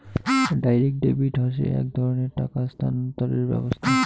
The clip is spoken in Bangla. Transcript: ডাইরেক্ট ডেবিট হসে এক ধরণের টাকা স্থানান্তরের ব্যবস্থা